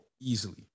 easily